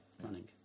running